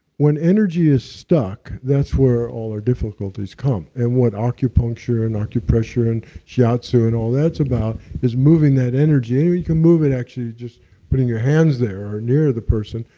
when energy is stuck, that's where all our difficulties come. and what ah acupuncture, and acupressure, and shiatsu, and all that's about is moving that energy. and we can move it actually just putting your hands there, or near the person,